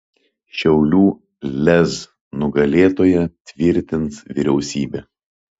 šiaulių lez nugalėtoją tvirtins vyriausybė